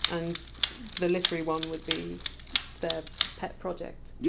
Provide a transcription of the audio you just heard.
and the literary one would be the pet project. yeah